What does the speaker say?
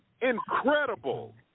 Incredible